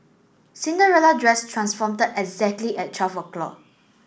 Cinderella dress transform exactly at twelve o'clock